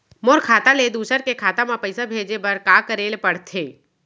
मोर खाता ले दूसर के खाता म पइसा भेजे बर का करेल पढ़थे?